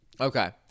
Okay